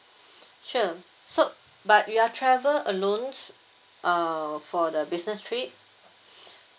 sure so but you are travel alone uh for the business trip